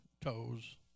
toes